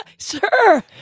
sir,